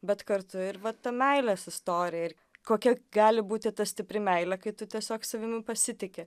bet kartu ir va ta meilės istorija ir kokia gali būti ta stipri meilė kai tu tiesiog savimi pasitiki